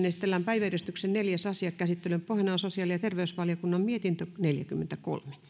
esitellään päiväjärjestyksen neljäs asia käsittelyn pohjana on sosiaali ja terveysvaliokunnan mietintö neljäkymmentäkolme